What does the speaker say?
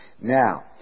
Now